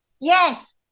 Yes